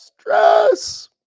Stress